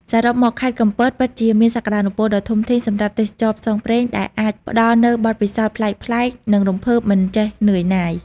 សរុបមក ខេត្តកំពតពិតជាមានសក្ដានុពលដ៏ធំធេងសម្រាប់ទេសចរណ៍ផ្សងព្រេង ដែលអាចផ្ដល់នូវបទពិសោធន៍ប្លែកៗ និងរំភើបមិនចេះនឿយណាយ។